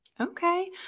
Okay